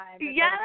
Yes